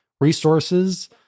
resources